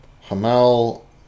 Hamal